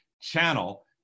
channel